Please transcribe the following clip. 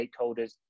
stakeholders